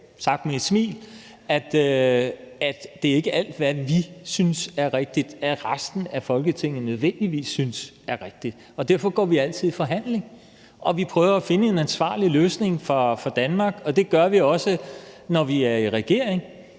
sagt med et smil – at det ikke er alt, hvad vi synes er rigtigt, som resten af Folketinget nødvendigvis synes er rigtigt. Derfor går vi altid i forhandling, og vi prøver at finde en ansvarlig løsning for Danmark. Det gør vi også, når vi er i regering.